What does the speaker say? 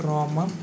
Roma